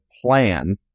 plan